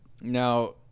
Now